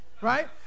right